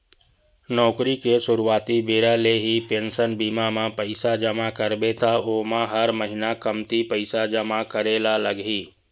नउकरी के सुरवाती बेरा ले ही पेंसन बीमा म पइसा जमा करबे त ओमा हर महिना कमती पइसा जमा करे ल लगही